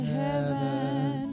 heaven